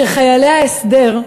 שחיילי ההסדר,